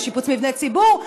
לשיפוץ מבני ציבור,